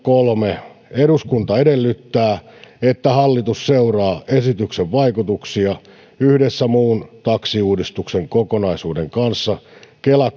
kolme eduskunta edellyttää että hallitus seuraa esityksen vaikutuksia yhdessä muun taksiuudistuksen kokonaisuuden kanssa kela